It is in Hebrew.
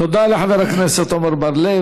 תודה לחבר הכנסת עמר בר-לב.